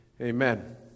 Amen